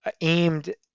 aimed